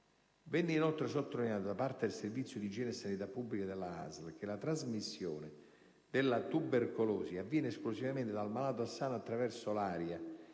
Venne, inoltre, sottolineato da parte del servizio di igiene e sanità pubblica della stessa ASL, che la trasmissione della tubercolosi avviene esclusivamente dal malato al sano attraverso l'aria,